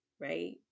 right